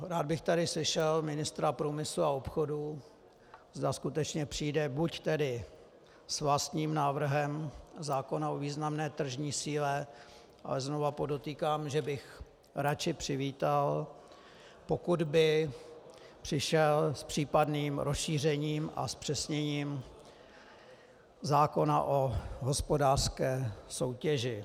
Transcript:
Rád bych tu slyšel ministra průmyslu a obchodu, zda skutečně přijde buď s vlastním návrhem zákona o významné tržní síle ale znovu podotýkám, že bych raději přivítal, pokud by přišel s případným rozšířením a zpřesněním zákona o hospodářské soutěži.